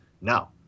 now